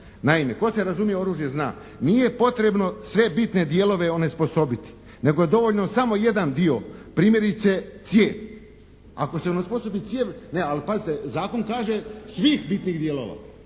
Naime tko se razumije u oružje zna. Nije potrebno sve bitne dijelove onesposobiti nego je dovoljno samo jedan dio primjerice cijev. Ako se ne osposobi cijev, ne, ali pazite zakon kaže: «svih bitnih dijelova».